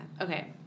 Okay